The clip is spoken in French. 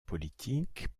politique